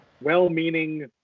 well-meaning